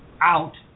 out